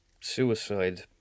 suicide